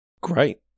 Great